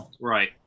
Right